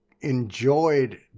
enjoyed